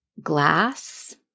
Glass